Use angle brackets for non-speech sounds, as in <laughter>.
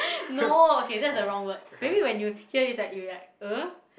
<laughs> no okay that is a wrong word maybe when you hear is like you like uh